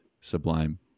sublime